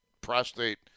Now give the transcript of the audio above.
prostate